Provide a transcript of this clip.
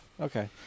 Okay